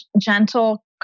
gentle